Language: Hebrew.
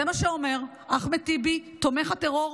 זה מה שאומר אחמד טיבי, תומך הטרור.